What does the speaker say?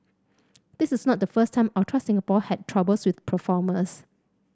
this is not the first time Ultra Singapore had troubles with performers